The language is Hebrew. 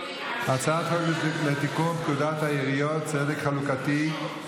הצעת חוק לתיקון פקודת העיריות (צדק חלוקתי).